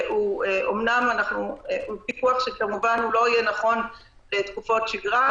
אומנם הפיקוח הזה כמובן לא יהיה נכון לתקופות שגרה,